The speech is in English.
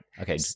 Okay